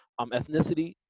ethnicity